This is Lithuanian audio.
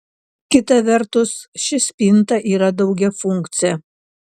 kita vertus ši spinta yra daugiafunkcė